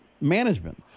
management